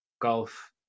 golf